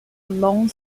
long